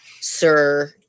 sir